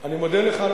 אני מודה לך.